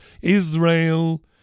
Israel